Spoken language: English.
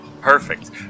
Perfect